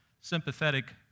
sympathetic